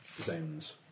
zones